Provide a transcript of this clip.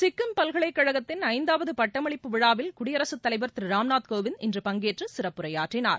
சிக்கிம் பல்கலைக்கழகத்தின் ஐந்தாவது பட்டமளிப்பு விழாவில் குடியரசுத் தலைவர் திரு ராம்நாத் கோவிந்த் இன்று பங்கேற்று சிறப்புரையாற்றினார்